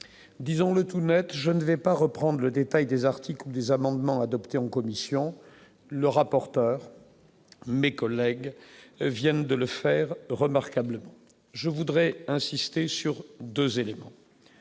disons-le tout Net, je ne vais pas reprendre le détail des articles, des amendements adoptés en commission, le rapporteur, mes collègues viennent de le faire, remarquablement je voudrais insister sur 2 éléments: